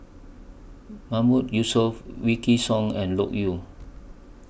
Mahmood Yusof Wykidd Song and Loke Yew